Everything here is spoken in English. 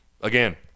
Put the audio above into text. Again